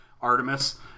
Artemis